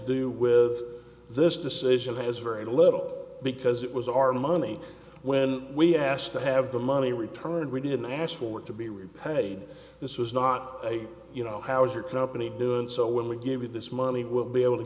do with this decision has very little because it was our money when we asked to have the money returned we didn't ask for it to be repaid this was not you know how is your company doing so when we give you this money will be able to